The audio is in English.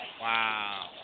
Wow